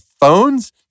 phones